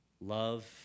Love